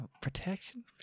protection